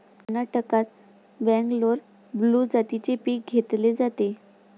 कर्नाटकात बंगलोर ब्लू जातीचे पीक घेतले जाते